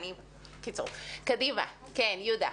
קדימה, יהודה.